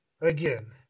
again